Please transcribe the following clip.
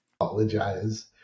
Apologize